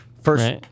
First